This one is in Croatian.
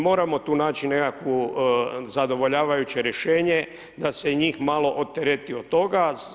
Moramo tu naći nekakvo zadovoljavajuće rješenje da se njih malo otereti od toga.